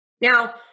Now